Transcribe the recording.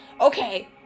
okay